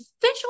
Fish